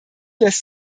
lässt